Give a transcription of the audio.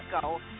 Go